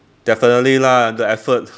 definitely lah the effort